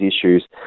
issues